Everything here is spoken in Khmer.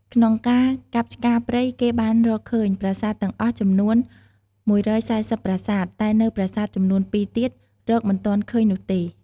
ក្នុងការកាប់ឆ្ការព្រៃគេបានរកឃើញ ប្រាសាទទាំងអស់ចំនួន ១៤០ប្រាសាទ តែនៅប្រាសាទចំនួនពីរទៀត រកមិនទាន់ឃើញនោះទេ។